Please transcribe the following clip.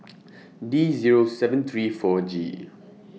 D Zero seven three four G